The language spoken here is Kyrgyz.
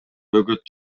бөгөт